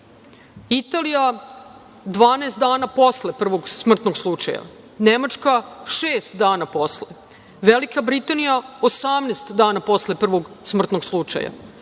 granice 18 dana posle prvog smrtnog slučaja, Nemačka sedam dana posle, Španija 11 dana posle prvog smrtnog slučaja